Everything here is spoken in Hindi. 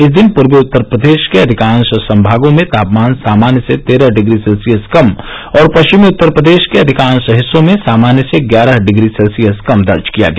इस दिन पूर्वी उत्तर प्रदेश के अधिकांशों संभागों में तापमान सामान्य से तेरह डिग्री सेल्सियम कम और पश्चिमी उत्तर प्रदेश के अधिकांश हिस्सों में सामान्य से ग्यारह डिग्री सेल्सियम कम दर्ज किया गया